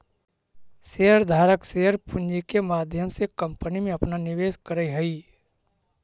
share धारक share पूंजी के माध्यम से कंपनी में अपना निवेश करऽ हई